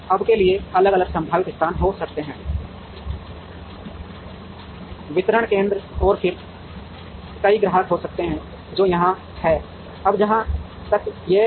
अब के लिए अलग अलग संभावित स्थान हो सकते हैं वितरण केंद्र और फिर कई ग्राहक हो सकते हैं जो यहाँ हैं अब जहाँ तक यह है